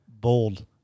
Bold